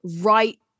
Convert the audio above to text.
right